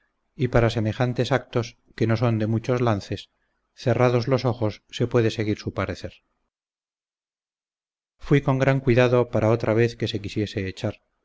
y para semejantes actos que no son de muchos lances cerrados los ojos se puede seguir su parecer fuí con gran cuidado para otra vez que se quisiese echar